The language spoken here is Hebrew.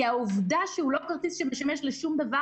כי העובדה שהוא כרטיס שלא משמש לשום דבר